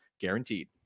guaranteed